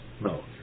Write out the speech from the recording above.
No